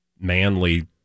manly